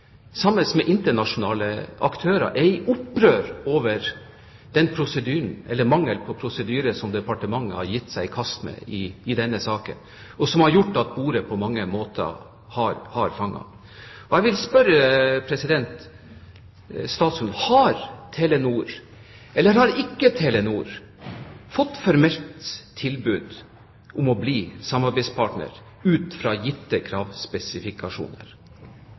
sammen med internasjonale aktører, er i opprør over den mangel på prosedyre som departementet har gitt seg i kast med i denne saken – og som har gjort at bordet på mange måter har fanget? Jeg vil spørre statsråden: Har Telenor fått formelt tilbud om å bli samarbeidspartner ut fra gitte